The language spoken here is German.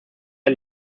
der